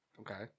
Okay